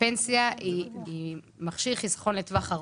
הפנסיה היא מכשיר חיסכון לטווח ארוך,